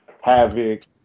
Havoc